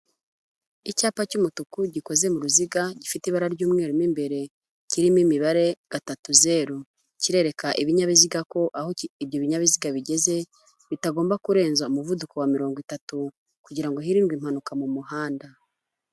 icyapa cy'umutuku gikoze mu ruziga, gifite ibara ry'umweru mo imbere, kirimo imibare gatatu zeru, kirerereka ibinyabiziga ko aho ibyo binyabiziga bigeze bitagomba kurenza umuvuduko wa mirongo itatu kugira ngo hirindwe impanuka mu muhanda.